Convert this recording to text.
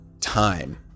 time